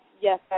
yes